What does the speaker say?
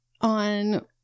on